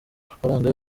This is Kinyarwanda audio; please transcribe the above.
amafaranga